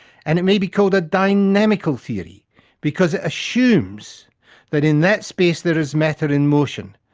and it may be called a dynamical theory because it assumes that in that space there is matter in motion,